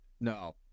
No